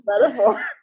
metaphor